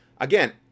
again